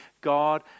God